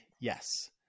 yes